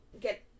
get